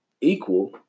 equal